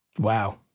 wow